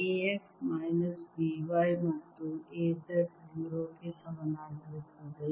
A x minus B y ಮತ್ತು A z 0 ಗೆ ಸಮನಾಗಿರುತ್ತದೆ